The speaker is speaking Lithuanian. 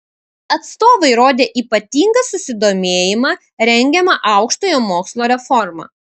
atstovai rodė ypatingą susidomėjimą rengiama aukštojo mokslo reforma